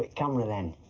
camera, then?